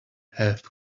have